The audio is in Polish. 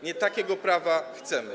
Nie takiego prawa chcemy.